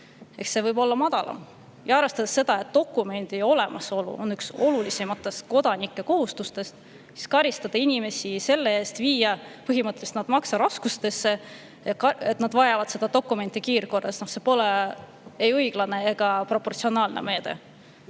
see võib olla madalam. Arvestades seda, et dokumendi olemasolu on üks olulisimatest kodanike kohustustest, siis karistada inimesi selle eest – viia põhimõtteliselt nad makseraskustesse –, et nad vajavad dokumenti kiirkorras, pole ei õiglane ega proportsionaalne meede.